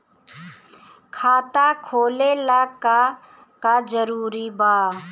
खाता खोले ला का का जरूरी बा?